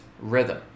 rhythm